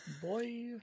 Boy